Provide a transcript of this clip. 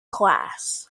class